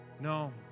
No